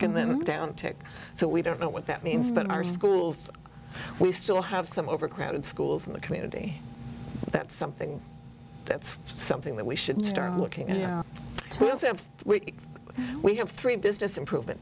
in them down tick so we don't know what that means but our schools we still have some overcrowded schools in the community that's something that's something that we should start looking towards if we have three business improvement